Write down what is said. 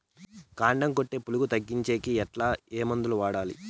కాండం కొట్టే పులుగు తగ్గించేకి ఎట్లా? ఏ మందులు వాడాలి?